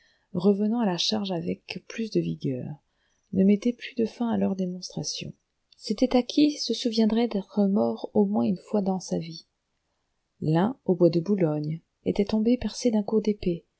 revenant à la charge avec plus de vigueur ne mettaient plus de fin à leurs démonstrations c'était à qui se souviendrait d'être mort au moins une fois en sa vie l'un au bois de boulogne était tombé percé d'un coup d'épée